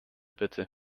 bitte